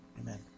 amen